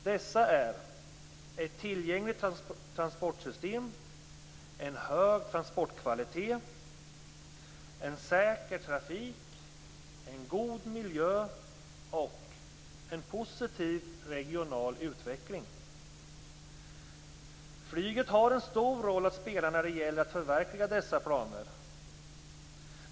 Dessa är ett tillgängligt transportsystem, en hög transportkvalitet, en säker trafik, en god miljö och en positiv regional utveckling. Flyget har en stor roll att spela när det gäller att förverkliga dessa planer.